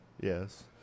Yes